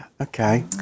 Okay